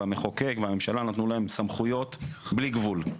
והמחוקק והממשלה נתנו להם סמכויות בלי גבול.